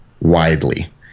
widely